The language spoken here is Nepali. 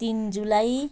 तिन जुलाई